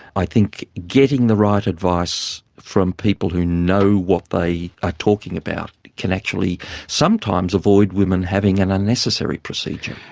i think getting the right advice from people who know what they are talking about can actually sometimes avoid women having an unnecessary procedure.